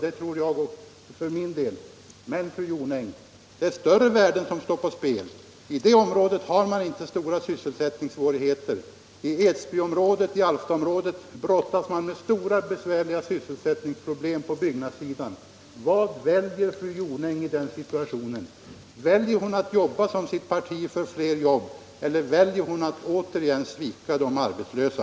Men, fru Jonäng, det är större värden som står på spel. I det nämnda området har man inte stora sysselsättningssvårigheter. I Edsbynområdet och Alftaområdet brottas man med besvärliga sysselsättningsproblem på byggnadssidan. Vad väljer fru Jonäng i den situationen? Väljer hon att arbeta för fler jobb eller väljer hon att återigen svika de arbetslösa?